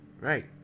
Right